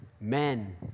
men